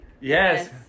Yes